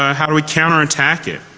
ah how do we counter attack it?